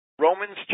Romans